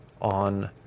on